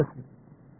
எனவே dV